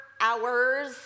hours